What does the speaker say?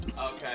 Okay